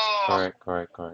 correct correct correct